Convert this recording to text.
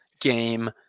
game